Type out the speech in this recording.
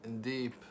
deep